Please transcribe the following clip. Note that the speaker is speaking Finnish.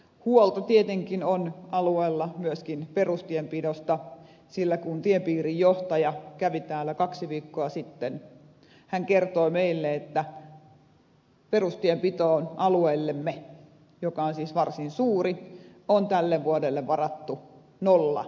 huolta tietenkin on alueella myöskin perustienpidosta sillä kun tiepiirin johtaja kävi täällä kaksi viikkoa sitten hän kertoi meille että perustienpitoon alueellemme joka on siis varsin suuri on tälle vuodelle varattu nolla euroa